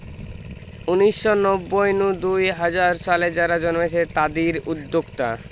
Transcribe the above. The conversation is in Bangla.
উনিশ শ নব্বই নু দুই হাজার সালে যারা জন্মেছে তাদির উদ্যোক্তা